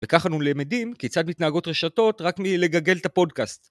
וכך אנו למדים כיצד מתנהגות רשתות רק מ"לגגל" את הפודקאסט.